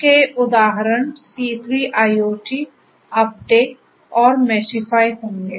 तो इस के उदाहरण सी3 आईओटी होंगे